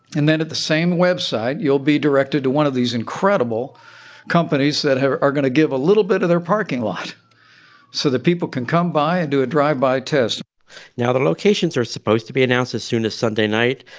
and then at the same website, you'll be directed to one of these incredible companies that are going to give a little bit of their parking lot so that people can come by and do a drive-by test now, the locations are supposed to be announced as soon as sunday night,